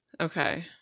Okay